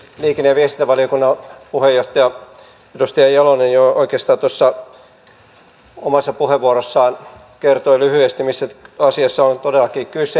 liikenne ja viestintävaliokunnan puheenjohtaja edustaja jalonen jo oikeastaan tuossa omassa puheenvuorossaan kertoi lyhyesti mistä asiassa on todellakin kyse